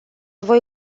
voi